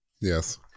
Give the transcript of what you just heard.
Yes